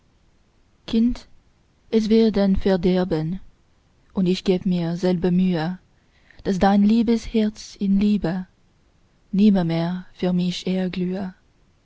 kind es wäre dein verderben und ich geb mir selber mühe daß dein liebes herz in liebe nimmermehr für mich